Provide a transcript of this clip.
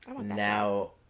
now